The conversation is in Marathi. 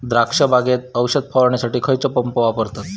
द्राक्ष बागेत औषध फवारणीसाठी खैयचो पंप वापरतत?